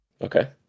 Okay